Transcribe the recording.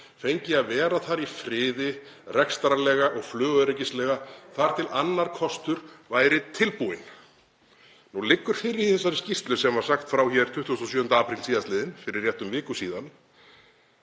fengi að vera þar í friði, rekstrarlega og flugöryggislega, þar til annar kostur væri tilbúinn. Nú liggur fyrir í þessari skýrslu, sem sagt var frá 27. apríl, fyrir rétt um viku síðan,